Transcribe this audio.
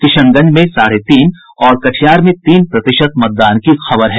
किशनगंज साढ़े तीन और कटिहार में तीन प्रतिशत मतदान की खबर है